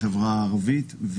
החברה הערבית.